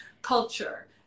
Culture